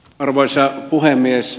arvoisa puhemies